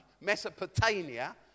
Mesopotamia